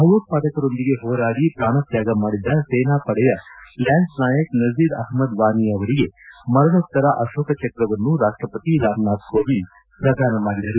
ಭಯೋತ್ಪಾದಕರೊಂದಿಗೆ ಹೋರಾಡಿ ಪ್ರಾಣತ್ಕಾಗ ಮಾಡಿದ ಸೇನಾ ಪಡೆಯ ಲ್ಯಾನ್ಸ್ ನಾಯಕ್ ನಜೀರ್ ಅಪ್ಮದ್ ವಾನಿ ಅವರಿಗೆ ಮರಣೋತ್ತರ ಅಶೋಕ ಚಕ್ರವನ್ನು ರಾಷ್ಟಪತಿ ರಾಮನಾಥ್ ಕೋವಿಂದ್ ಪ್ರದಾನ ಮಾಡಿದರು